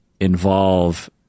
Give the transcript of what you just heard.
involve